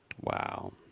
Wow